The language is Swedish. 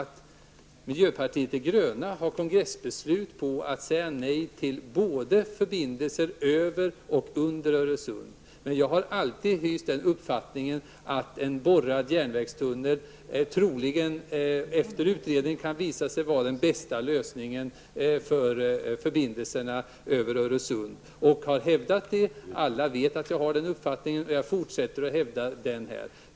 Miljöpartiet de gröna har kongressbeslut på att säga nej till både förbindelse över och under Öresund. Jag har alltid hyst uppfattningen att en borrad järnvägstunnel troligen efter utredning kan visa sig vara den bästa lösningen för förbindelser via Öresund, och jag har hävdat det. Alla vet att jag har den uppfattningen, och jag fortsätter att hävda den här.